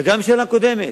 וגם שנה קודמת,